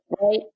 right